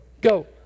Go